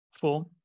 form